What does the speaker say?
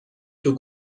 توو